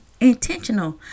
intentional